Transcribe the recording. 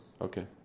Okay